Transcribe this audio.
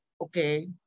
okay